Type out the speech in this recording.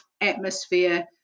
atmosphere